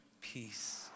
peace